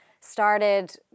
started